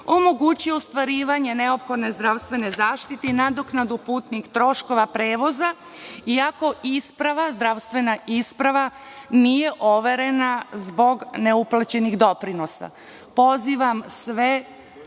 omogući ostvarivanje neophodne zdravstvene zaštite i nadoknadu putnih troškova prevoza, iako zdravstvena isprava nije overena zbog neuplaćenih doprinosa. Pozivam sve